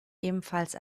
ebenfalls